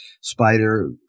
Spider